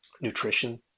nutrition